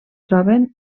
troben